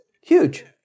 huge